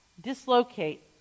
dislocate